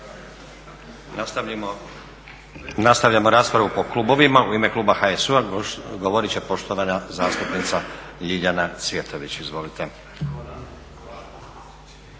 Nastavljamo raspravu po klubovima. U ime kluba HSU-a govorit će poštovana zastupnica Ljiljana Cvjetović. Izvolite.